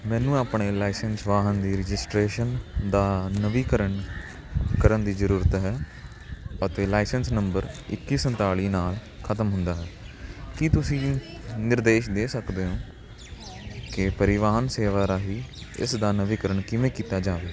ਮੈਨੂੰ ਆਪਣੇ ਲਾਇਸੈਂਸ ਵਾਹਨ ਦੀ ਰਜਿਸਟ੍ਰੇਸ਼ਨ ਦਾ ਨਵੀਨੀਕਰਨ ਕਰਨ ਦੀ ਜ਼ਰੂਰਤ ਹੈ ਅਤੇ ਲਾਇਸੈਂਸ ਨੰਬਰ ਇੱਕੀ ਸੰਤਾਲੀ ਨਾਲ ਖਤਮ ਹੁੰਦਾ ਹੈ ਕੀ ਤੁਸੀਂ ਨਿਰਦੇਸ਼ ਦੇ ਸਕਦੇ ਹੋ ਕਿ ਪਰਿਵਾਹਨ ਸੇਵਾ ਰਾਹੀਂ ਇਸ ਦਾ ਨਵੀਨੀਕਰਨ ਕਿਵੇਂ ਕੀਤਾ ਜਾਵੇ